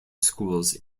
schools